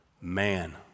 man